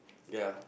ya